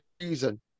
reason